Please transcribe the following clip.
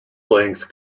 length